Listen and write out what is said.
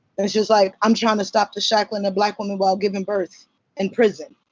and she's like. i'm trying to stop the shackling of black women while giving birth in prison.